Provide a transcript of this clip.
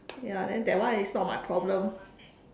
ya then that one is not my problem